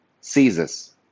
Caesar's